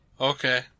Okay